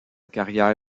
carrière